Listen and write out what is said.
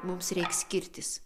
mums reiks skirtis